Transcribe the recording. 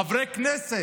חברי הכנסת,